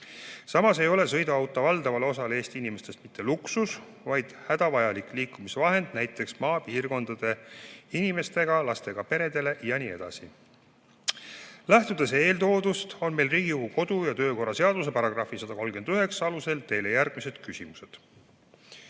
Samas ei ole sõiduauto valdavale osale Eesti inimestest mitte luksus, vaid hädavajalik liikumisvahend, näiteks maapiirkondade inimestele, lastega peredele jne. Lähtudes eeltoodust on meil Riigikogu kodu- ja töökorra seaduse paragrahvi 139 alusel teile järgmised küsimused."Esiteks: